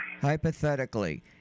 Hypothetically